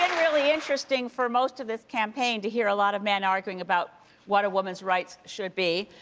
really interesting for most of this campaign to hear a lot of men arguing about what a woman's right should be.